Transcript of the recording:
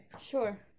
Sure